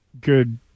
good